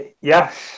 yes